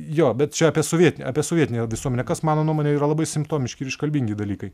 jo bet čia apie sovieti apie sovietinę visuomenę kas mano nuomone yra labai simptomiški ir iškalbingi dalykai